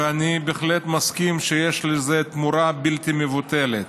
ואני בהחלט מסכים שיש לזה תמורה בלתי מבוטלת.